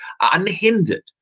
unhindered